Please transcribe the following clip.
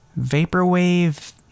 Vaporwave